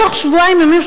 בתוך שבועיים ימים,